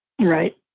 Right